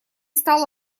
стал